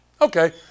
Okay